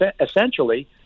essentially